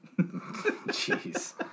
Jeez